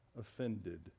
offended